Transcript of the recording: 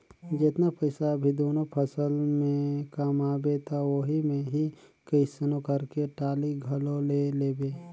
जेतना पइसा अभी दूनो फसल में कमाबे त ओही मे ही कइसनो करके टाली घलो ले लेबे